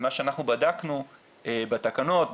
ממה שאנחנו בדקנו בתקנות,